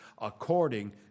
according